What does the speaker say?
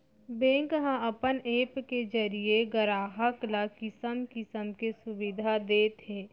bank ह अपन app के जरिये गराहक ल किसम किसम के सुबिधा देत हे